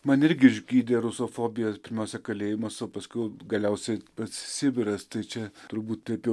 man irgi išgydė rusofobiją pirmiausia kalėjimas o paskui galiausiai pats sibiras tai čia turbūt taip jau